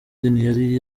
ntiyari